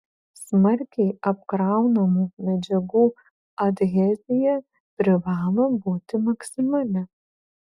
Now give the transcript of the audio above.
smarkiai apkraunamų medžiagų adhezija privalo būti maksimali